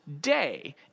day